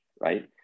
Right